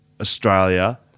Australia